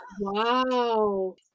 Wow